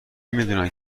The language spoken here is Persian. میدونن